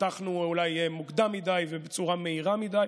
פתחנו אולי מוקדם מדי ובצורה מהירה מדי.